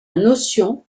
notion